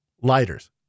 Lighters